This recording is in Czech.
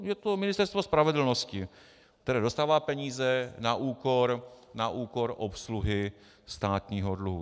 Je to Ministerstvo spravedlnosti, které dostává peníze na úkor obsluhy státního dluhu.